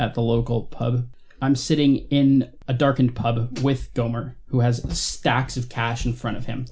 at the local pub i'm sitting in a darkened pub with domer who has stacks of cash in front of him